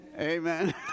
Amen